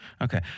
Okay